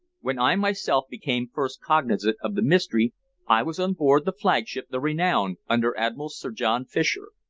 when i myself became first cognizant of the mystery i was on board the flagship the renown, under admiral sir john fisher.